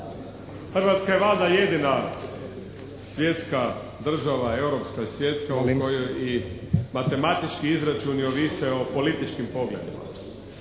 Hrvatska je Vlada jedina svjetska država, europska i svjetska u kojoj i matematički izračuni ovise o političkim pogledima.